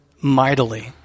mightily